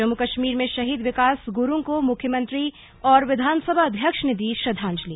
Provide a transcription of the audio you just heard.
जम्मू कश्मीर में शहीद विकास गुरुंग को मुख्यमंत्री और विधानसभा अध्यक्ष ने दी श्रद्वांजलि